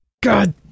God